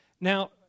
Now